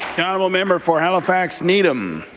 the honourable member for halifax needham.